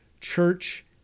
church